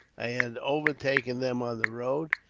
i had overtaken them on the road,